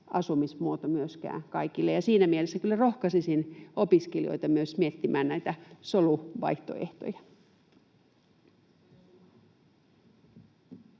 asumismuoto myöskään kaikille. Siinä mielessä kyllä rohkaisisin opiskelijoita myös miettimään näitä soluvaihtoehtoja.